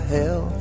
hell